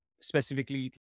specifically